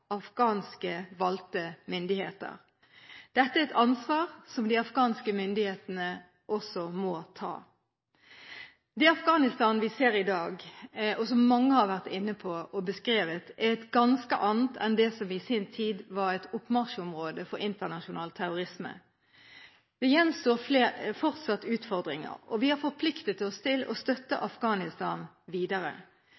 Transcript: afghanske valgte myndigheter. Dette er et ansvar som de afghanske myndighetene også må ta. Det Afghanistan vi ser i dag – og som mange har vært inne på og beskrevet – er et ganske annet enn det som i sin tid var et oppmarsjområde for internasjonal terrorisme. Det gjenstår fortsatt utfordringer, og vi har forpliktet oss til å støtte